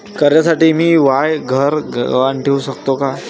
कर्जसाठी मी म्हाय घर गहान ठेवू सकतो का